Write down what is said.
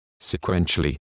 sequentially